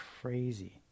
crazy